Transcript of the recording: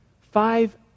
five